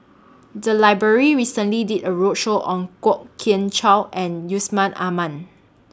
The Library recently did A roadshow on Kwok Kian Chow and Yusman Aman